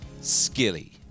Skilly